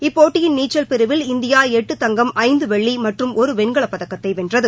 இப்போட்டியின் நீச்சல் பிரிவில் இந்தியா எட்டு தங்கம் ஐந்து வெள்ளி மற்றும் ஒரு வெண்கலப்பதக்கத்தை வென்றது